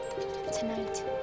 Tonight